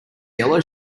yellow